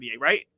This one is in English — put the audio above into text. right